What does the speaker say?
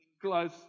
Close